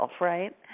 Right